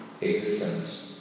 existence